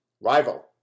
Rival